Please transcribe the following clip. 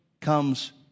comes